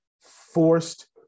forced